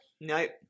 nope